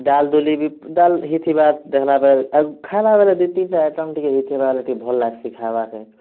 ଡାଲ୍ ଡୁଲି ବି ଡାଲ୍ ହେଇଥିବା ଦେଖ୍ଲାବେଲେ ଖାଇବାବେଳେ ଦି ତିନ୍ଟା ଆଇଟମ୍ ହେଇଥିବା ବେଲେ ଟିକେ ଭଲ୍ ଲାଗ୍ସି ଖାଇବାକେ